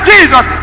Jesus